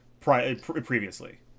previously